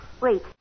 Wait